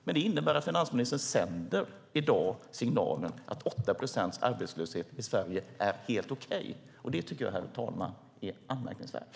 Men det innebär att finansministern i dag sänder signalen att 8 procents arbetslöshet i Sverige är helt okej. Det tycker jag är anmärkningsvärt.